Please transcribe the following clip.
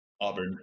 Auburn